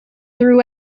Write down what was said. threw